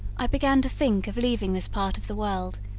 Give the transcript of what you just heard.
i began to think of leaving this part of the world,